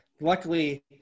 Luckily